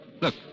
Look